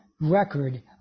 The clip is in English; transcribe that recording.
record